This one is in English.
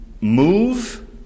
move